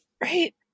right